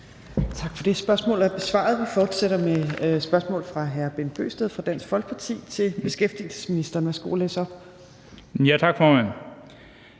Tak for det. Spørgsmålet er besvaret. Vi fortsætter med spørgsmål fra hr. Bent Bøgsted fra Dansk Folkeparti til beskæftigelsesministeren. Kl. 15:56 Spm.